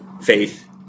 faith